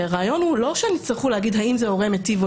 הרי הרעיון הוא לא שהן יצטרכו להגיד האם זה הורה מיטיב או